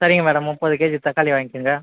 சரிங்க மேடம் முப்பது கேஜி தக்காளி வாங்கிக்கோங்க